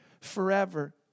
forever